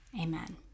Amen